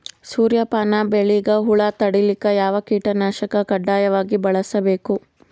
ಸೂರ್ಯಪಾನ ಬೆಳಿಗ ಹುಳ ತಡಿಲಿಕ ಯಾವ ಕೀಟನಾಶಕ ಕಡ್ಡಾಯವಾಗಿ ಬಳಸಬೇಕು?